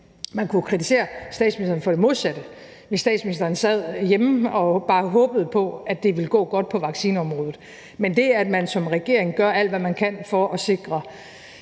Man kunne kritisere statsministeren for det modsatte, hvis statsministeren sad hjemme og bare håbede på, at det ville gå godt på vaccineområdet. Men det, at man som regering gør alt, hvad man kan, for at sikre